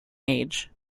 age